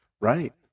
right